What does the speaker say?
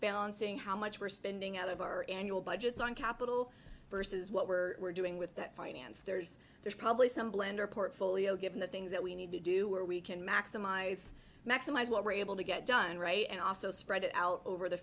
balancing how much we're spending out of our annual budgets on capital versus what we're we're doing with that finance there's there's probably some blender portfolio given the things that we need to do where we can maximize maximize what we're able to get done right and also spread out over the